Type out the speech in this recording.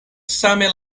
same